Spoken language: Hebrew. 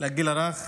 לגיל הרך,